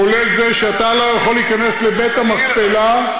כולל זה שאתה לא יכול להיכנס לבית המכפלה,